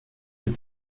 les